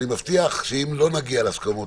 אני מבטיח שאם לא נגיע להסכמות,